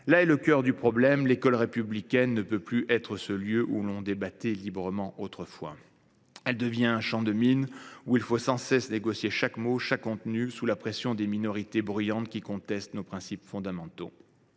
Là est le cœur du problème : l’école républicaine ne peut plus être ce lieu où l’on débattait librement autrefois. Elle devient un champ de mines où il faut sans cesse négocier chaque mot et chaque contenu sous la pression de minorités bruyantes qui contestent nos principes fondamentaux.